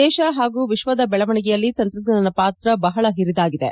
ದೇಶ ಹಾಗೂ ವಿಶ್ವದ ಬೆಳವಣಿಗೆಯಲ್ಲಿ ತಂತ್ರಜ್ಞಾನ ಪಾತ್ರ ಬಹಳ ಹಿರಿದಾಗಿದೆ